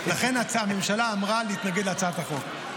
לכן, הממשלה אמרה להתנגד להצעת החוק.